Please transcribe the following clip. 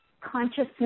consciousness